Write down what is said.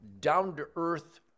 down-to-earth